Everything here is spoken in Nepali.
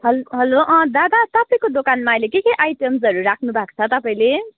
हेलो अँ दादा तपाईँको दोकानमा अहिले के के आइटम्सहरू राख्नु भएको छ तपाईँले